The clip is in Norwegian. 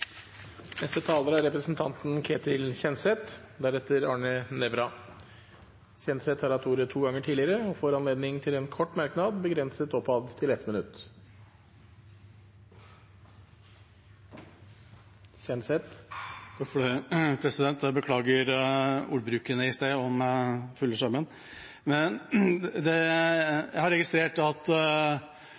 Representanten Ketil Kjenseth har hatt ordet to ganger tidligere og får ordet til en kort merknad, begrenset til 1 minutt. Jeg beklager ordbruken i stad om fulle sjømenn. Jeg har registrert at